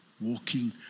walking